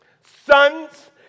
sons